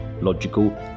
logical